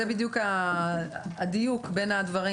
זה בדיוק הדיוק בין הדברים.